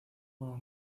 como